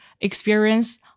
experience